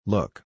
Look